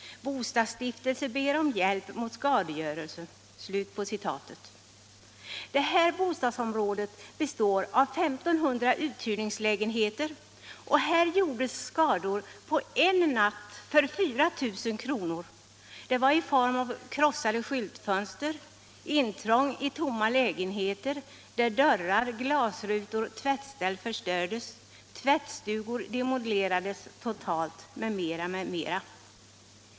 Bostadsstiftelse ber om hjälp mot skadegörelse. Det här bostadsområdet består av 1 500 uthyrningslägenheter, och här vållades på en natt skador för 4 000 kr. i form av krossade skyltfönster, intrång i tomma lägenheter där dörrar, glasrutor och tvättställ förstördes, inbrott i tvättstugor som totalt demolerades m.m.